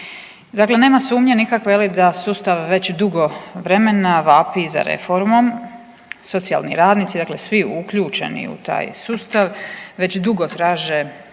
Dakle, nema sumnje nikakve je li da sustav već dugo vremena vapi za reformom. Socijalni radnici, dakle svi uključeni u taj sustav već dugo traže